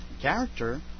character